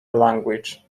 language